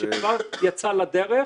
איך מצליחים במגזר הציבורי להכניס אותן יותר.